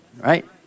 Right